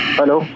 hello